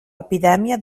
epidèmia